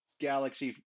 galaxy